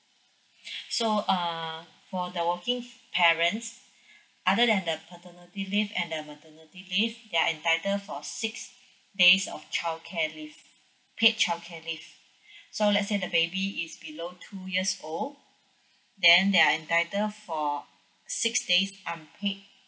so uh for the working parents other than the paternity leave and the maternity leave they are entitled for six days of childcare leave paid childcare leave so let's say the baby is below two years old then they are entitled for six days unpaid